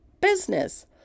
business